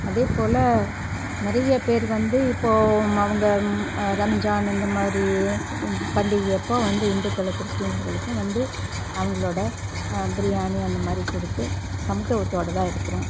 அதேப்போல் நிறைய பேர் வந்து இப்போ அவங்க ரம்ஜான் இந்தமாதிரி பண்டிகையப்போ வந்து இந்துக்களும் கிறிஸ்ட்டியன்ஸ்களுக்கும் வந்து அவங்களோட பிரியாணி அந்தமாதிரி கொடுத்து சமத்துவத்தோட தான் இருக்கிறோம்